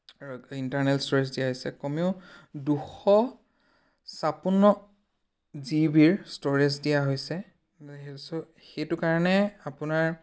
আৰু internal storage দিয়া হৈছে কমেও দুশ ছাপ্পন্ন জি বিৰ ষ্ট'ৰেজ দিয়া হৈছে সেই ছ' সেইটো কাৰণে আপোনাৰ